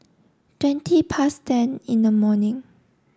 twenty past ten in the morning